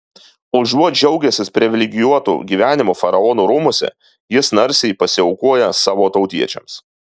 užuot džiaugęsis privilegijuotu gyvenimu faraono rūmuose jis narsiai pasiaukoja savo tautiečiams